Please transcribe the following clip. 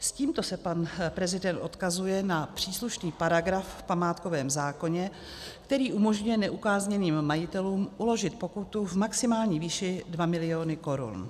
S tímto se pan prezident odkazuje na příslušný paragraf v památkovém zákoně, který umožňuje neukázněným majitelům uložit pokutu v maximální výši 2 miliony korun.